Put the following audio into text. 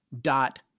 dot